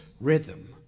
rhythm